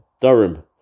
Durham